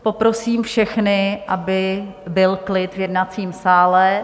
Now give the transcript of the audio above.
Poprosím všechny, aby byl klid v jednacím sále.